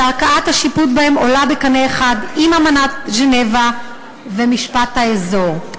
שערכאת השיפוט בהם עולה בקנה אחד עם אמנת ז'נבה ומשפט האזור.